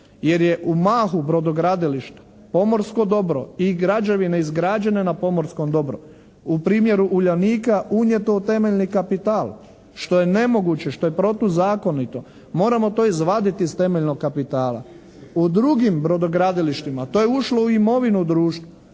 jer je u mahu brodogradilišta pomorsko dobro i građevine izgrađene na pomorskom dobru u primjeru "Uljanika" unijeto u temeljni kapital, što je nemoguće, što je protuzakonito. Moramo to izvaditi iz temeljnog kapitala. U drugim brodogradilištima to je ušlo u imovinu društva.